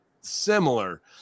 similar